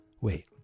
wait